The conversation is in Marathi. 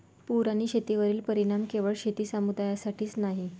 पूर आणि शेतीवरील परिणाम केवळ शेती समुदायासाठीच नाही